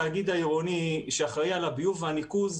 כל העבודה מול התאגיד העירוני שאחראי על הביוב והניקוז,